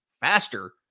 faster